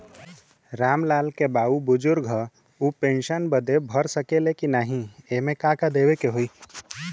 राम लाल के बाऊ बुजुर्ग ह ऊ पेंशन बदे भर सके ले की नाही एमे का का देवे के होई?